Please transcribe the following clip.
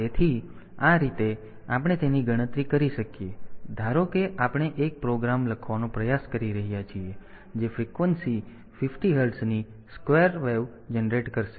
તેથી આ રીતે આપણે તેની ગણતરી કરી શકીએ ધારો કે આપણે એક પ્રોગ્રામ લખવાનો પ્રયાસ કરી રહ્યા છીએ જે ફ્રીક્વન્સી 50 હર્ટ્ઝની સ્ક્વેર તરંગ જનરેટ કરશે